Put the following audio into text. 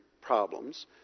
problems